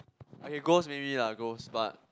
okay ghost maybe lah ghost but